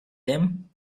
them